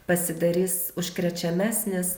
pasidarys užkrečiamesnis